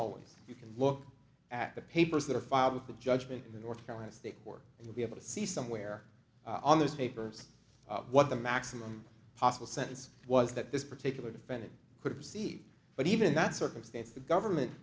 always you can look at the papers that are filed with the judgment in the north carolina state court and you'll be able to see somewhere on those papers what the maximum possible sentence was that this particular defendant could receive but even that circumstance the government